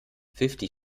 fifty